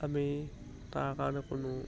আমি তাৰ কাৰণে কোনো